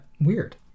weird